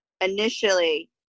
initially